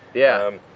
yeah.